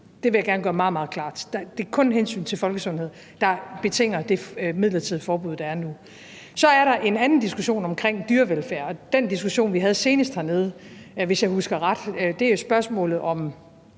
Det vil jeg gerne gøre meget, meget klart: Det er kun hensynet til folkesundheden, der betinger det midlertidige forbud, der er nu. Så er der en anden diskussion om dyrevelfærd, og den diskussion, vi havde senest hernede, hvis jeg husker ret, er spørgsmålet om